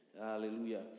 Hallelujah